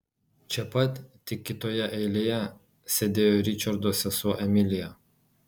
čia pat tik kitoje eilėje sėdėjo ričardo sesuo emilija